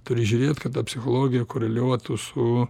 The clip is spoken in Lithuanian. turi žiūrėt kad ta psichologija koreliuotų su